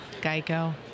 Geico